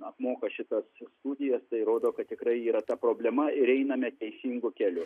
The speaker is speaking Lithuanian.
apmoka šitas studijas tai rodo kad tikrai yra ta problema ir einame teisingu keliu